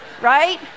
right